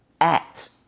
act